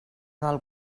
del